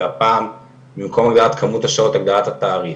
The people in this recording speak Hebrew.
והפעם במקום העלאת כמות השעות הגדלת התעריף,